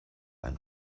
ein